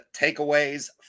takeaways